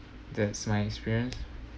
that's my experience